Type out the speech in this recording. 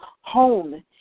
home